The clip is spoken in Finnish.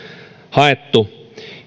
haettu